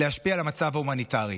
להשפיע על המצב ההומניטרי.